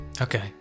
Okay